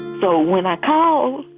so when i called,